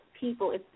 people